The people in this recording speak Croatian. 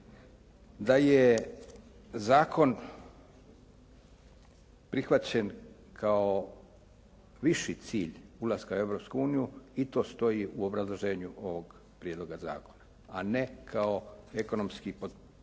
Da je zakon prihvaćen kao viši cilj ulaska u Europsku uniju i to stoji u obrazloženju ovog prijedloga zakona a ne kao ekonomski, potpomaganje